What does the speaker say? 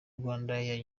rwandair